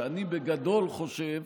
שאני בגדול חושב